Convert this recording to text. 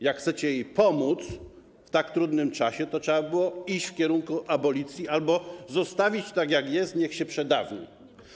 Jak chcecie jej pomóc w tak trudnym czasie, to trzeba było iść w kierunku abolicji albo zostawić tak, jak jest, niech się przedawni.